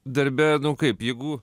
darbe kaip jeigu